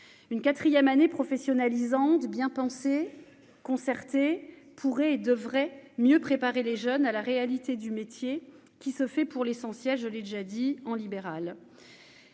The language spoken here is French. une 4ème année professionnalisante bien pensé concertée pourrait et devrait mieux préparer les jeunes à la réalité du métier qui se fait pour l'essentiel, je l'ai déjà dit en libéral